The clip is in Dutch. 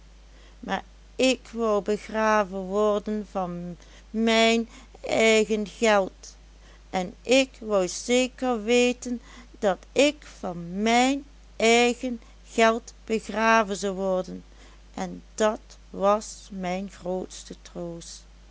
maar ik wou begraven worden van mijn eigen geld en ik wou zeker weten dat ik van mijn eigen geld begraven zou worden en dat was mijn grootste troost